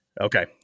Okay